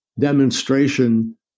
demonstration